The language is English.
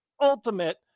ultimate